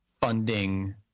funding